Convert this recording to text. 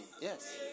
yes